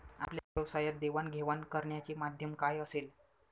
आपल्या व्यवसायात देवाणघेवाण करण्याचे माध्यम काय असेल?